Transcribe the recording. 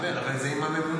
אני אומר, זה עם הממונה.